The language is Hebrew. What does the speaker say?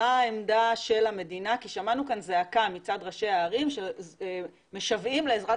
מה העמדה של המדינה כי שמענו כאן זעקה מצד ראשי הערים שמשוועים לעזרת